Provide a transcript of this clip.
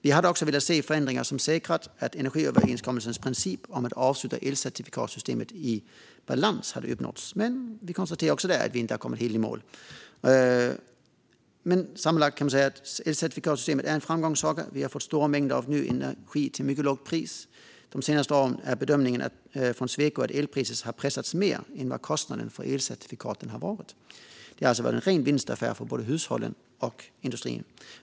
Vi hade också velat se förändringar som säkrat att energiöverenskommelsens princip om att avsluta elcertifikatssystemet i balans hade uppnåtts, men vi konstaterar också där att vi inte har kommit helt i mål. Sammantaget kan man säga att elcertifikatssystemet är en framgångssaga. Vi har fått stora mängder av ny energi till mycket lågt pris. De senaste åren är bedömningen från Sweco att elpriset har pressats ned mer än den kostnad som har varit för elcertifikaten. Det har alltså varit en ren vinstaffär för både hushållen och industrin.